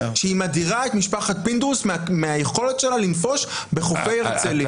שהיא מדירה את משפחת פינדרוס מהיכולת שלה לנפוש בחופי הרצליה.